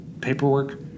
paperwork